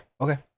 Okay